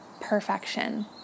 perfection